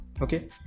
okay